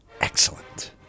excellent